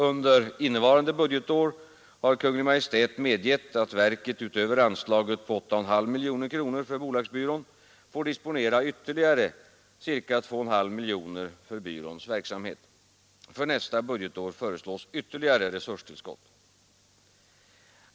Under innevarande budgetår har Kungl. Maj:t medgivit att verket utöver anslaget på 8,5 miljoner kronor för bolagsbyrån får disponera ytterligare ca 2,5 miljoner kronor för byråns verksamhet. För nästa budgetår föreslås ytterligare resurstillskott.